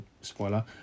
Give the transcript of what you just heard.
spoiler